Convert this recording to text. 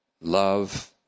Love